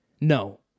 No